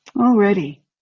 already